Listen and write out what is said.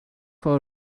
for